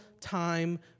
time